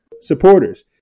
supporters